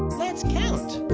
let's count.